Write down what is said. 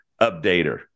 updater